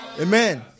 amen